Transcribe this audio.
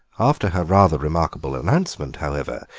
after her rather remarkable announcement, however,